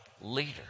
leader